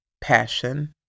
passion